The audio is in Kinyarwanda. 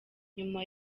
nyuma